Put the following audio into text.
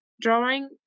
drawing